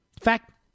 fact